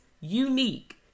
unique